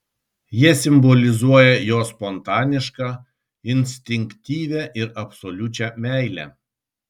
jie simbolizuoja jo spontanišką instinktyvią ir absoliučią meilę